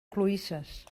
cloïsses